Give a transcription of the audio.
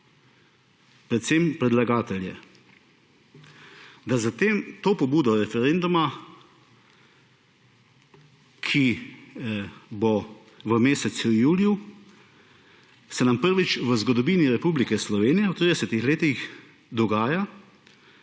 predvsem predlagatelje, da s to pobudo referenduma, ki bo v mesecu juliju, se nam prvič v zgodovini Republike Slovenije, v tridesetih letih, dogaja,